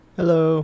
hello